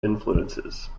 influences